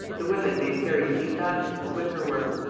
the women made very neat baskets of wicker-work.